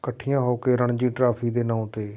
ਇਕੱਠੀਆਂ ਹੋ ਕੇ ਰਣਜੀ ਟਰਾਫੀ ਦੇ ਨਾਂ 'ਤੇ